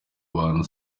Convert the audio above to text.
abantu